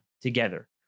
together